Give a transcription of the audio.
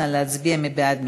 נא להצביע, מי בעד?